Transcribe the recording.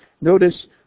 notice